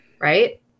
Right